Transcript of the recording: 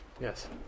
Yes